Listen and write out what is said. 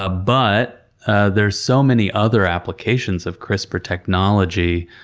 ah but ah there's so many other applications of crispr technology,